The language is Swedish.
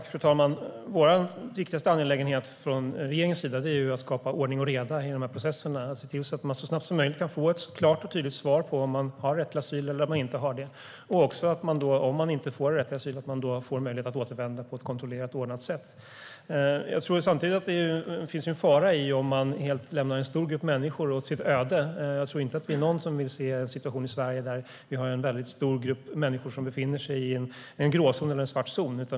Fru talman! Vår viktigaste uppgift från regeringens sida är att skapa ordning och reda i de här processerna och se till att man så snabbt som möjligt kan få ett klart och tydligt svar på om man har rätt till asyl eller inte. Och om man då inte får rätt till asyl handlar det om att få möjlighet att återvända på ett kontrollerat och ordnat sätt. Jag tror samtidigt att det finns en fara om man lämnar en stor grupp människor helt åt sitt öde. Jag tror inte att det är någon som vill se en situation i Sverige där vi har en väldigt stor grupp människor som befinner sig i en gråzon eller i en svart zon.